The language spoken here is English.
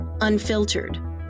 unfiltered